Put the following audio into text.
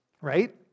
right